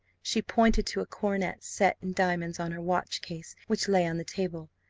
she pointed to a coronet set in diamonds on her watch-case, which lay on the table.